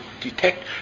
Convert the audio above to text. detect